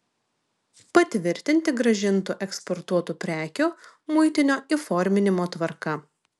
patvirtinti grąžintų eksportuotų prekių muitinio įforminimo tvarką